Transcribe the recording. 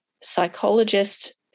psychologist